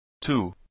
Two